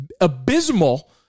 abysmal